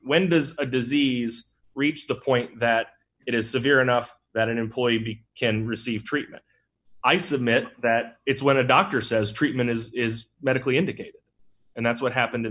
when does a disease reach the point that it is severe enough that an employee be can receive treatment i submit that it's when a doctor says treatment is is medically indicated and that's what happened